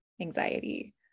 anxiety